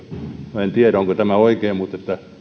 minä en tiedä onko tämä oikein mutta